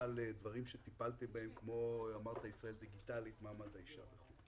לדברים שטיפלתם בהם כמו ישראל דיגיטלית ומעמד האישה.